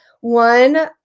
One